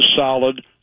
solid